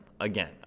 again